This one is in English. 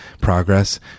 progress